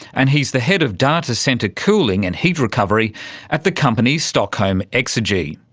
and he's the head of data centre cooling and heat recovery at the company stockholm exergi.